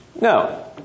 No